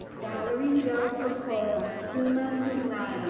valerie jo piquom, summa cum